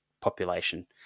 population